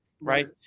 Right